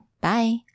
Bye